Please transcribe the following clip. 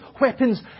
weapons